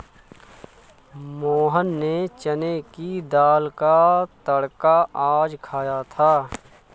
मोहन ने चने की दाल का तड़का आज खाया था